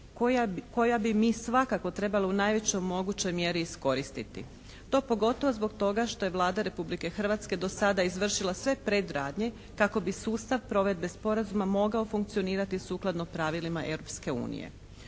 koja bi mi svakako trebali u najvećoj mogućoj mjeri iskoristiti. To pogotovo zbog toga što je Vlada Republike Hrvatske do sada izvršila sve predradnje kako bi sustav provedbe Sporazuma mogao funkcionirati sukladno pravilima